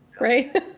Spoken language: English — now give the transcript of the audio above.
Right